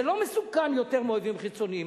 זה לא מסוכן יותר מאויבים חיצוניים,